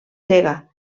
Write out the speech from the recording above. cega